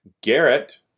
Garrett